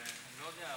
ואני לא יודע,